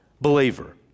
believer